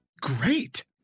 great